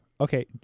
Okay